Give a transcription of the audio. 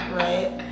right